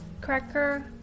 cracker